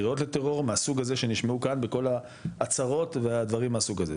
קריאות לטרור מהסוג הזה שנשמעו כאן בכל ההצהרות והדברים מהסוג הזה,